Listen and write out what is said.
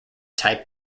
type